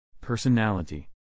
Personality